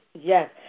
Yes